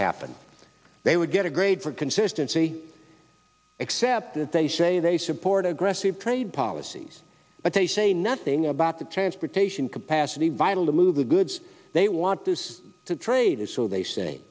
happen they would get a grade for consistency except that they say they support aggressive trade policies but they say nothing about the transportation capacity vital to move the goods they want this to trade is so they sa